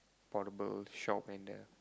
portable shop and the